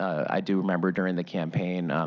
i do remember, during the campaign,